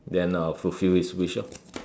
then I'll fulfil his wish lor